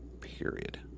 period